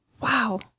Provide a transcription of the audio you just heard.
Wow